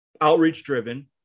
outreach-driven